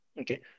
Okay